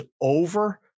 over